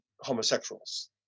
homosexuals